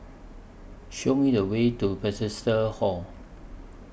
Show Me The Way to Bethesda Hall